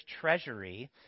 treasury